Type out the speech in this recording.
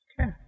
Okay